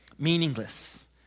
Meaningless